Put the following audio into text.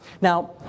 Now